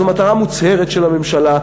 זו מטרה מוצהרת של הממשלה.